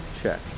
check